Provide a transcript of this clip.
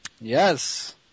Yes